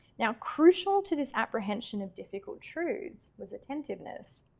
now crucial to this apprehension of difficult truths was attentiveness.